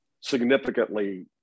significantly